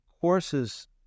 courses